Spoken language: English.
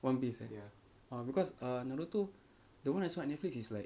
one piece eh uh because uh naruto the one I saw on Netflix is like